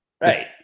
Right